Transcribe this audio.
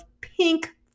pink